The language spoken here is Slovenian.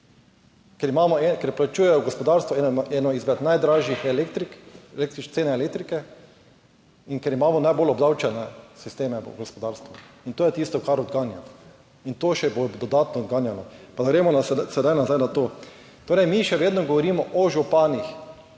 ker plačujejo gospodarstvo eno izmed najdražjih elektrikerične cene elektrike in ker imamo najbolj obdavčene sisteme v gospodarstvu. In to je tisto kar odganja in to še bo dodatno odganjalo. Pa da gremo sedaj nazaj na to, torej mi še vedno govorimo o županih